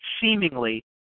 seemingly